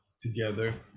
together